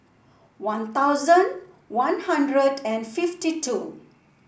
One Thousand One Hundred and fifty two